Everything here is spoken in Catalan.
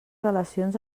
relacions